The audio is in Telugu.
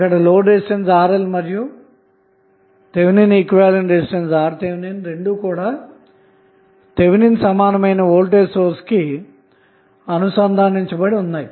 ఇక్కడ లోడ్ రెసిస్టెన్స్ RL మరియు థెవెనిన్ ఈక్వివలెంట్ రెసిస్టెన్స్ RTh రెండు కూడా థెవెనిన్ సమానమైన వోల్టేజ్ సోర్స్ కి అనుసంధానించబడి ఉన్నాయి